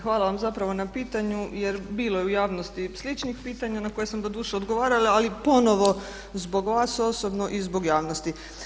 Hvala vam zapravo na pitanju jer bilo je u javnosti sličnih pitanja na koja sam doduše odgovarala ali ponovno zbog vas osobno i zbog javnosti.